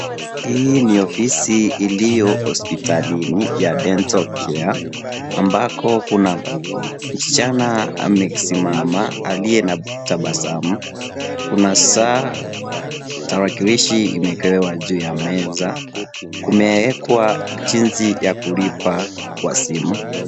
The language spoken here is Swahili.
Hii ni ofisi iliyo hospitalini ya Dental care ambako kuna msichana amesimama aliye na tabasamu. Kuna saa, tarakilishi imewekwa juu ya meza. Kumewekwa jinsi ya kulipa kwa simu.